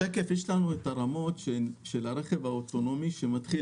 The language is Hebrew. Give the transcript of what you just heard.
בשקף יש לנו הרמות של הרכב האוטונומי שמתחיל